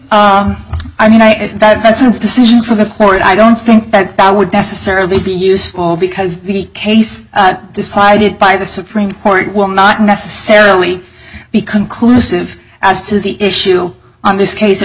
think i mean i think that that's a decision for the court i don't think that that would necessarily be useful because the case decided by the supreme court will not necessarily be conclusive as to the issue on this case it